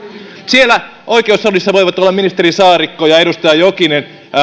siellä oikeussalissa voivat olla ministeri saarikko ja edustaja jokinen